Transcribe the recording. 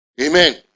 Amen